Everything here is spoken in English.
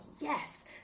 yes